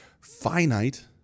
finite